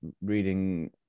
reading